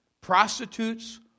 prostitutes